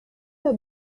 are